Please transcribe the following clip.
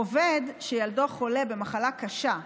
עובד שילדו חולה במחלה קשה,